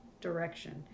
direction